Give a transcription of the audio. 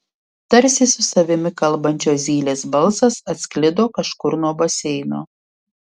tarsi su savimi kalbančio zylės balsas atsklido kažkur nuo baseino